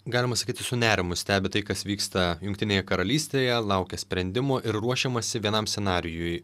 galima sakyti su nerimu stebi tai kas vyksta jungtinėje karalystėje laukia sprendimo ir ruošiamasi vienam scenarijui